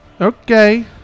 Okay